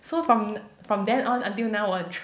so from from then on until now ah